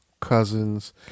cousins